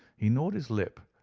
he gnawed his lip,